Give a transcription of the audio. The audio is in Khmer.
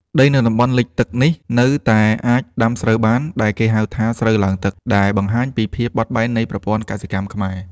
ដីនៅតំបន់លិចទឹកនេះនៅតែអាចដាំស្រូវបាន ដែលគេហៅថា ស្រូវឡើងទឹក ដែលបង្ហាញពីភាពបត់បែននៃប្រព័ន្ធកសិកម្មខ្មែរ។